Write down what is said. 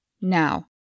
Now